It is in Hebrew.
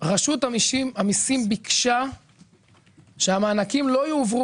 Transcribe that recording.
רשות המיסים ביקשה שהמענקים לא יועברו